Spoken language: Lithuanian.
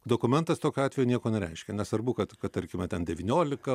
dokumentas tokiu atveju nieko nereiškia nesvarbu kad kad tarkime ten devyniolika